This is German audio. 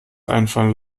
einfallen